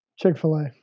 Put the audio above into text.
Chick-fil-A